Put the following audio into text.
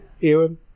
Ewan